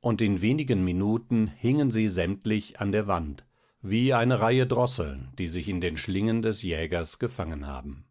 und in wenigen minuten hingen sie sämtlich an der wand wie eine reihe drosseln die sich in den schlingen des jägers gefangen haben